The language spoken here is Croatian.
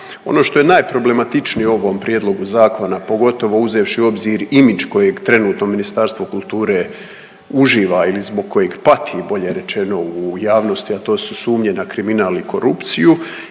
Ono što je najproblematičnije u ovom prijedlogu zakona, pogotovo uzevši u obzir image kojeg trenutno Ministarstvo kulture uživa ili zbog kojeg pati bolje rečeno u javnosti, a to su sumnje na kriminal i korupciju